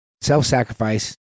self-sacrifice